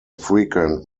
frequent